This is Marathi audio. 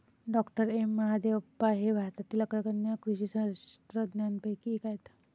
डॉ एम महादेवप्पा हे भारतातील अग्रगण्य कृषी शास्त्रज्ञांपैकी एक आहेत